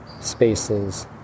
spaces